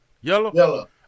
Yellow